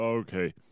Okay